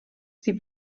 sie